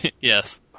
Yes